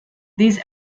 these